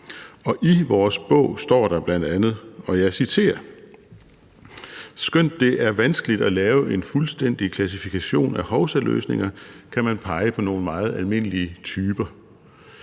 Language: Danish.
og i vores bog står der bl.a., og jeg citerer: Skønt det er vanskeligt at lave en fuldstændig klassifikation af hovsaløsninger, kan man pege på nogle meget almindelige typer.